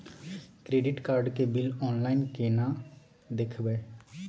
Credit card के bill online केना देखबय?